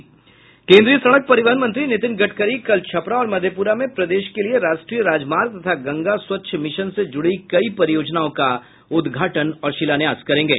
केन्द्रीय सड़क परिवहन मंत्री नितिन गडकरी कल छपरा और मधेपुरा में प्रदेश के लिए राष्ट्रीय राजमार्ग तथा गंगा स्वच्छ मिशन से जुड़ी कई परियोजनाओं का उद्घाटन और शिलान्यास करेंगे